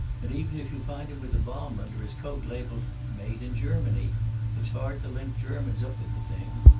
and, even if you find him with a bomb under his coat, labeled made in germany it's hard to link germans up with the thing.